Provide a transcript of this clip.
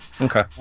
Okay